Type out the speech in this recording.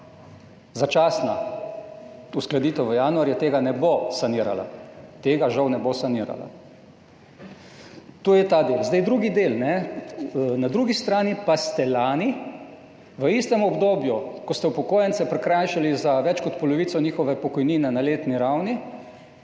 začasna uskladitev, 8,2 % v januarju, tega ne bo sanirala, tega žal ne bo sanirala. To je ta del. Drugi del. Na drugi strani pa ste lani v istem obdobju, ko ste upokojence prikrajšali za več kot polovico njihove pokojnine na letni ravni,